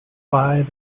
five